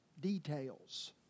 details